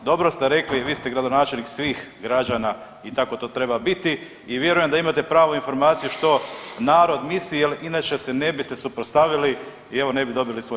A dobro ste rekli vi ste gradonačelnik svih građana i tako to treba biti i vjerujem da imate pravu informaciju što narod misli jer inače se ne biste suprotstavili i evo ne bi dobili svoj zakon.